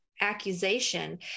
accusation